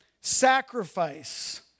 sacrifice